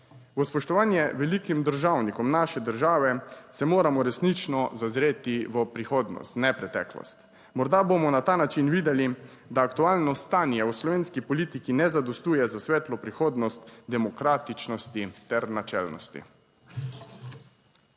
V spoštovanje velikim državnikom naše države se moramo resnično zazreti v prihodnost, ne preteklost. Morda bomo na ta način videli, da aktualno stanje v slovenski politiki ne zadostuje za svetlo prihodnost demokratičnosti ter načelnosti.